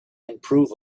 improve